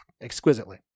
exquisitely